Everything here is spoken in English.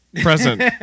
present